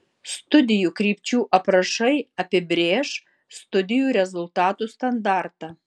studijų krypčių aprašai apibrėš studijų rezultatų standartą